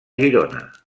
girona